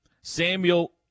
Samuel